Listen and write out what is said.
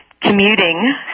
commuting